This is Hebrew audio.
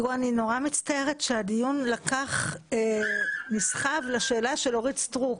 אני נורא מצטערת שהדיון נסחב לשאלה של אורית סטרוק.